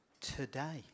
today